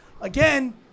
again